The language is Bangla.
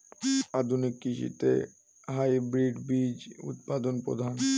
আধুনিক কৃষিতে হাইব্রিড বীজ উৎপাদন প্রধান